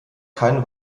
kein